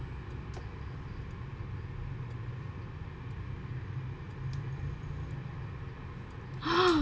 !huh!